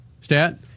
Stat